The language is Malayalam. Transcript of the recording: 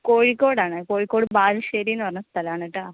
കോഴിക്കോടാണ് കോഴിക്കോട് ബാലുശ്ശേരിന്ന് പറഞ്ഞ സ്ഥലമാണ് കേട്ടോ